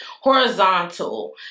horizontal